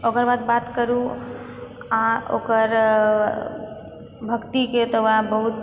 ओकर बाद बात करू अहाँ ओकर भक्तिके तऽ वएह बहुत